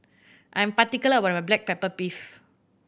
I am particular about my black pepper beef